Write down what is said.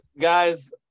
guys